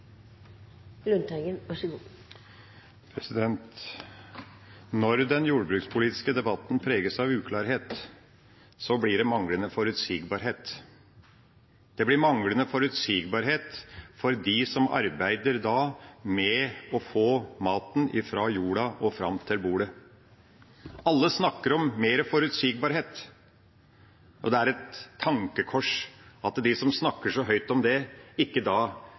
Når den jordbrukspolitiske debatten preges av uklarhet, blir det manglende forutsigbarhet – det blir manglende forutsigbarhet for dem som arbeider med å få maten fra jorda og fram til bordet. Alle snakker om mer forutsigbarhet. Det er et tankekors at de som snakker så høyt om det, ikke